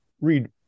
read